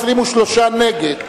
כנוסח הוועדה.